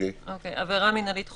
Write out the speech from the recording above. עבירה מינהלית חוזרת.